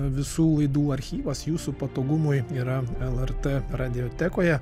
visų laidų archyvas jūsų patogumui yra lrt radiotekoje